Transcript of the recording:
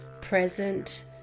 present